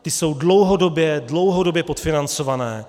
Ty jsou dlouhodobě, dlouhodobě podfinancované.